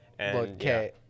Okay